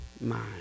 mind